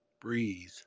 Breathe